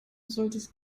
solltest